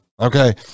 Okay